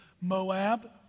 Moab